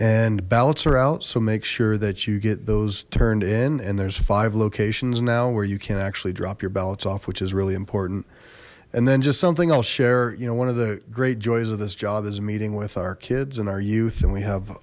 out so make sure that you get those turned in and there's five locations now where you can actually drop your ballots off which is really important and then just something i'll share you know one of the great joys of this job is meeting with our kids and our youth and we have